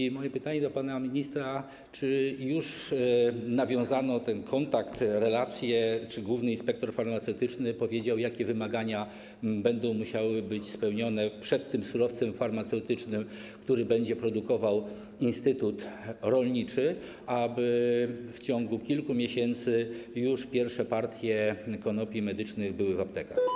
I moje pytanie do pana ministra: Czy już nawiązano ten kontakt, relację, czy główny inspektor farmaceutyczny powiedział, jakie wymagania będą musiały być spełnione przez ten surowiec farmaceutyczny, który będzie produkował instytut rolniczy, aby w ciągu kilku miesięcy pierwsze partie konopi medycznych były w aptekach?